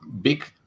big